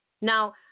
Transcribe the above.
Now